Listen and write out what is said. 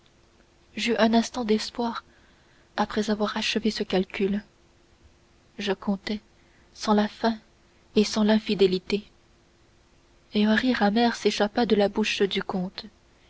j'eus un instant d'espoir après avoir achevé ce calcul je comptais sans la faim et sans l'infidélité et un rire amer s'échappa de la bouche du comte